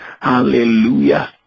Hallelujah